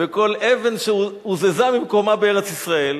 וכל אבן שהוזזה ממקומה בארץ-ישראל,